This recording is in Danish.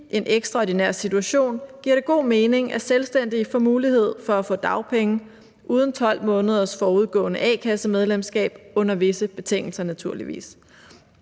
en ekstraordinær situation giver det god mening, at selvstændige får mulighed for at få dagpenge uden 12 måneders forudgående a-kassemedlemskab – under visse betingelser, naturligvis.